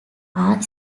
are